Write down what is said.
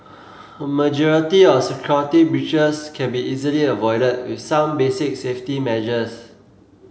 a majority of security breaches can be easily avoided with some basic safety measures